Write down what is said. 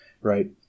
right